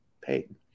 paid